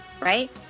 Right